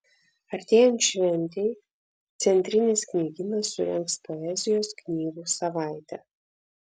artėjant šventei centrinis knygynas surengs poezijos knygų savaitę